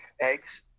eggs